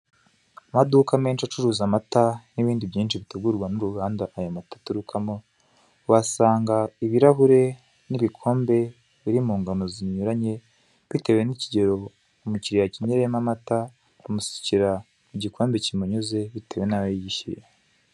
Amaduka menshi acuruza amata n'ibindi byinshi bitegurwa n'uruganda aya mata aturukamo. Uhasanga ibirahure n'ibikombe biri mu ngano zinyuranye. Bitewe n'ikigero umukiriya akeneyemo amata, umusukira mu gikombe kimunyuze, bitewe n'ayo yishyuye.